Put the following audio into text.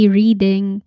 reading